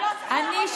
אני,